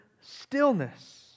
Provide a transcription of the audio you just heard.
stillness